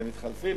אתם מתחלפים?